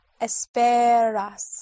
Esperas